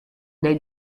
dei